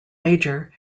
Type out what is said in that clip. major